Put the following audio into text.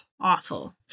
awful